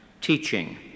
teaching